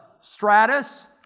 stratus